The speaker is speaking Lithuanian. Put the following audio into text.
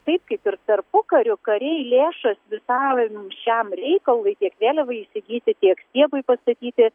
taip kaip ir tarpukariu kariai lėšas visam šiam reikalui tiek vėliavai įsigyti tiek stiebui pastatyti